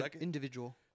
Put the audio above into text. individual